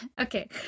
Okay